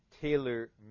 tailor